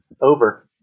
Over